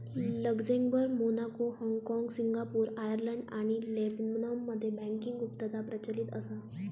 Luxembourg, Monaco, हाँगकाँग, Singapore, Ireland आणि लेबनॉनमध्ये बँकिंग गुप्तता प्रचलित असा